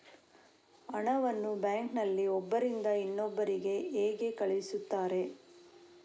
ಹಣವನ್ನು ಬ್ಯಾಂಕ್ ನಲ್ಲಿ ಒಬ್ಬರಿಂದ ಇನ್ನೊಬ್ಬರಿಗೆ ಹೇಗೆ ಕಳುಹಿಸುತ್ತಾರೆ?